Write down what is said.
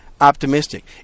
optimistic